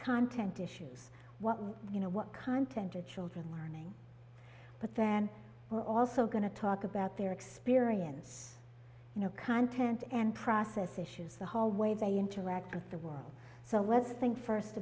content issues what you know what content your children learning but then we're also going to talk about their experience you know content and process issues the whole way they interact with the world so let's think first